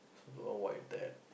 so to avoid that